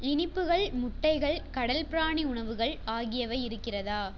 இனிப்புகள் முட்டைகள் கடல் பிராணி உணவுகள் ஆகியவை இருக்கிறதா